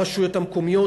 הרשויות המקומיות,